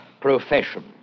profession